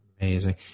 Amazing